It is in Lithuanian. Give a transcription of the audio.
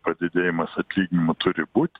padidėjimas atlyginimų turi būt